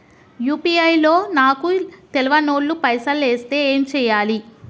UPI లో నాకు తెల్వనోళ్లు పైసల్ ఎస్తే ఏం చేయాలి?